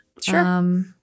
Sure